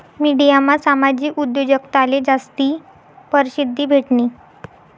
मिडियामा सामाजिक उद्योजकताले जास्ती परशिद्धी भेटनी